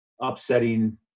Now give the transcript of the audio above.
upsetting